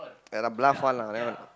yeah lah bluff [one] lah that one